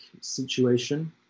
situation